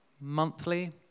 monthly